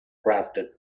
crafted